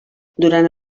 durant